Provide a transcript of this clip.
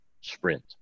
Sprint